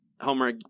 Homer